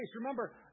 Remember